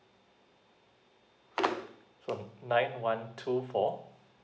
sorry nine one two four